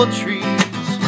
trees